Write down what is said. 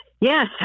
Yes